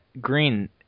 Green